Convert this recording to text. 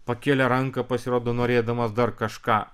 pakėlė ranką pasirodo norėdamas dar kažką